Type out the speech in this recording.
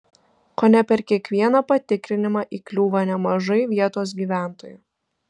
kone per kiekvieną patikrinimą įkliūva nemažai vietos gyventojų